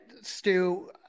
Stu